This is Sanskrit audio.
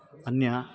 अन्यत्